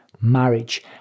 marriage